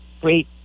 great